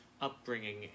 upbringing